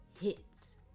Hits